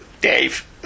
Dave